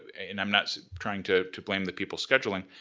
and i'm not trying to to blame the people scheduling,